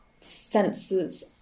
senses